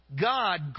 God